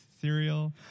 Cereal